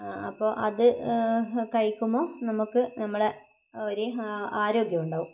അപ്പോൾ അത് കഴിക്കുമ്പോൾ നമുക്ക് നമ്മളെ ഒരു ആരോഗ്യമുണ്ടാവും